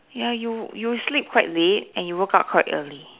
ya you you sleep quite late and you woke up quite early